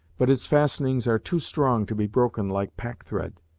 but its fastenings are too strong to be broken like pack thread.